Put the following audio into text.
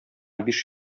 биш